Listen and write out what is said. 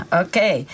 okay